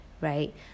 right